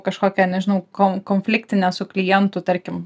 kažkokią nežinau ko konfliktinę su klientu tarkim